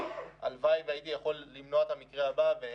הלוואי שהייתי יכול למנוע את המקרה הבא.